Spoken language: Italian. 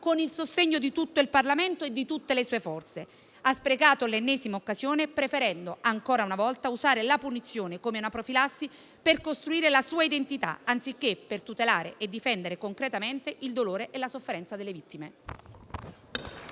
con il sostegno di tutto il Parlamento e di tutte le sue forze. Ha invece sprecato l'occasione, preferendo ancora una volta usare la punizione come una profilassi per costruire la sua identità anziché per tutelare e difendere concretamente il dolore e la sofferenza delle vittime.